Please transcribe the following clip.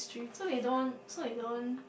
so we don't so we don't